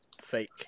fake